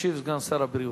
ישיב סגן שר הבריאות.